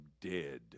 dead